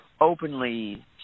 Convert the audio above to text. openly